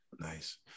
Nice